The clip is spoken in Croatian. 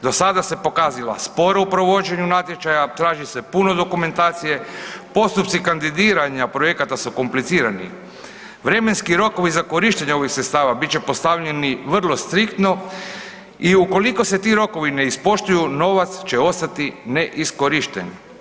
Dosada se pokazala sporu u provođenju natječaja, traži se puno dokumentacije, postupci kandidiranja projekata su komplicirani, vremenski rokovi za korištenje ovih sredstava bit će postavljeni vrlo striktno i ukoliko se ti rokovi ne ispoštuju, novac će ostati neiskorišten.